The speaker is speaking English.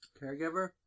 caregiver